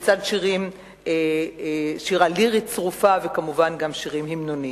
לצד שירה לירית צרופה, וכמובן גם שירים המנוניים.